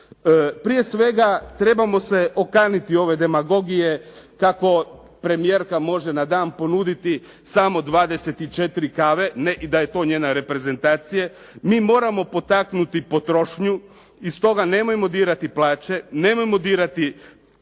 Prije svega, trebamo se okaniti ove demagogije kako premijerka može na dan ponuditi samo 24 kave i da je to njena reprezentacija. Mi moramo potaknuti potrošnju i stoga nemojmo dirati plaće, nemojmo dirati